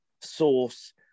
Source